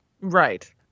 Right